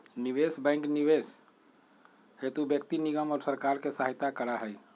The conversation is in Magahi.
निवेश बैंक निवेश हेतु व्यक्ति निगम और सरकार के सहायता करा हई